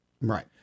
Right